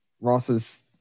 Ross's